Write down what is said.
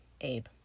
Abe